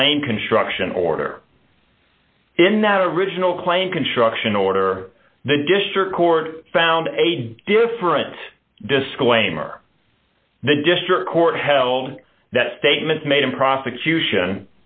claim construction order in that original claim construction order the district court found a different disclaimer the district court held that statements made in prosecution